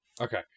Okay